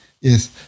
Yes